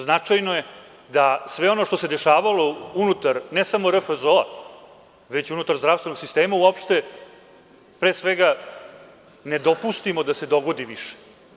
Značajno je da sve ono što se dešavalo unutar, ne samo RFZO, već unutar zdravstvenog sistema uopšte, pre svega ne dopustimo da se dogodi više.